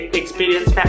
experience